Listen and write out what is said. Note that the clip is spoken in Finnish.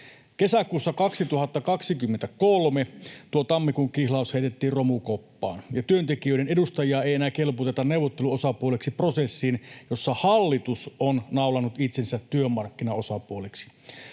Kesäkuussa 2023 tuo tammikuun kihlaus heitettiin romukoppaan, ja työntekijöiden edustajia ei enää kelpuuteta neuvotteluosapuoleksi prosessiin, jossa hallitus on naulannut itsensä työmarkkinaosapuoleksi.